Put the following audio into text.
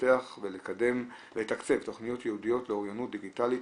לפתח ולתקצב תכניות ייעודיות לאוריינות דיגיטלית,